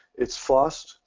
it's fast.